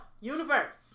universe